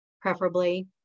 preferably